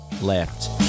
left